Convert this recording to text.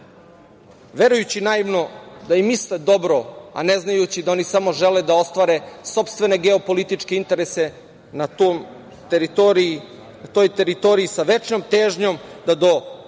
verujući naivno da im misle dobro, a ne znajući da oni samo žele da ostvare sopstvene geopolitičke interese na toj teritoriji, sa večnom težnjom da do trajnog